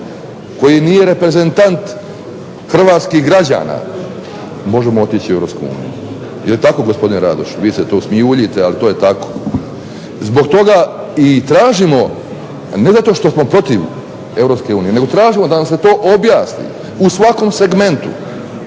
koji nije reprezentant hrvatskih građana možemo otići u EU. Jeli tako gospodine Radoš? Vi se tu smijuljite ali to je tako. Zbog toga i tražimo, a ne zato što smo protiv EU, nego tražimo da nam se to objasni u svakom segmentu,